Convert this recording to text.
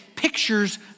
pictures